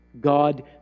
God